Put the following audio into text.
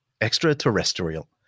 Extraterrestrial